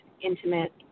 intimate